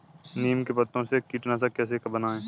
नीम के पत्तों से कीटनाशक कैसे बनाएँ?